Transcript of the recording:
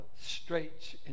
Straits